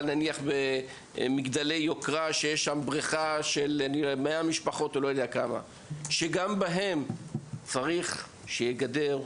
במגדלי יוקרה יש בריכה שמשרתת מאה משפחות וגם שם צריך שתהיה גדר,